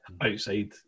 outside